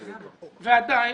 ועדיין,